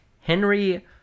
Henry